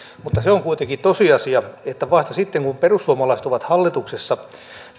mutta se on kuitenkin tosiasia että vasta sitten kun perussuomalaiset ovat hallituksessa